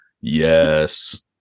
Yes